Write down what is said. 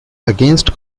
against